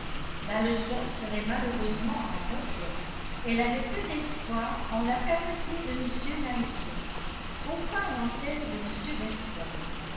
la leçon serait malheureusement incomplète elle avait peu d'espoir en la fermeté de m knightley aucun en celle de m weston